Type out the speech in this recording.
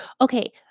okay